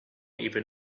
even